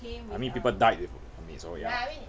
I mean people died so ya